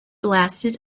lasted